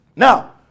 Now